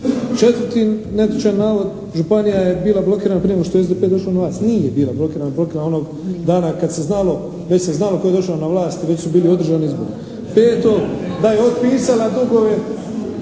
Četvrti netočan navod, županija je bila blokirana prije nego što je SDP došao na vlast. Nije bila blokirana, blokirana je onog dana kad se znalo, već se znalo tko je došao na vlast i već su bili održani izbori. Peto, da je otpisala dugove,